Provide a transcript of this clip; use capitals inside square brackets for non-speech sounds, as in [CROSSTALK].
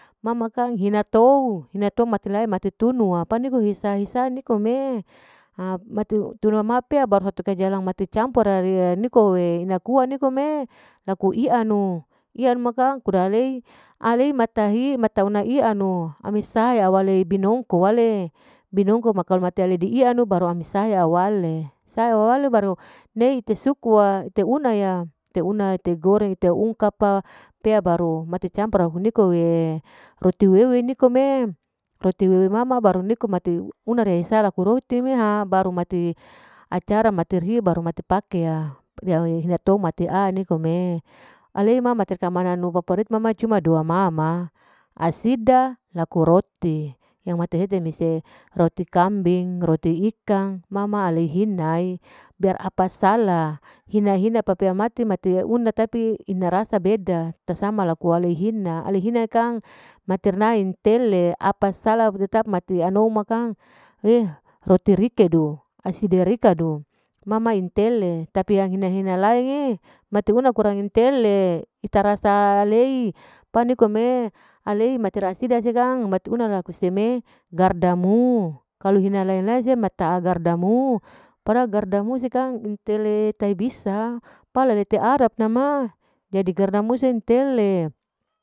Ma ma kang hina tounu wa panikom'e ha mati campur ina kua nikom'e laku ianu, ianu kang uda alei, alaeimata hi mata ianu ami sah alei benongko, binongko kalu mateledi ianu baru ami sa wale, sa awale amisa wale iteuna ya, iteuna, ite goreng, ite ungkap pa, pea baru mate campur niko'e rotto wewe nikom'e, mate wewe ma matisa mati nikkom'e, rumati acara matir he baru matir pake ya, riya tomat'e pea' nikom'e alei ma mater kamananu paparipi cuma dua ma ma, hasida. laku roti, [UNINTELLIGIBLE] roti kambing roti ikan, ma ma aleihina biar apasala hina-hina pepaya mati, pepea mati mate una pi ina rasa beda tasama laku alai hina kang maternaen tele apa sala tetap anuma kang h'e roti rikedu side rikedu mama intele tapi yang hina-hina lain'e mate una kurang intele itarasa lei pani kumei alei mate rasida. mate rasida kang. mate una laku seme'e gardamu kalu elehina lain-lain se mati tagardamu pdahal gardamu se kang intele tae bisa pala lite arab nama jadi gardam mu sentele